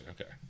Okay